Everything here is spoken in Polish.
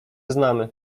znamy